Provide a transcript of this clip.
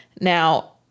Now